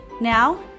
Now